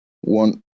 one